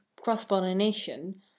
cross-pollination